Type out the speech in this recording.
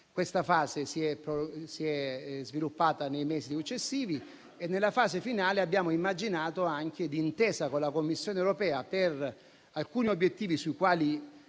Questa fase si è sviluppata nei mesi successivi e, nella fase finale, abbiamo immaginato anche, d'intesa con la Commissione europea, per alcuni obiettivi sui quali